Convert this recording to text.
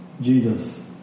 Jesus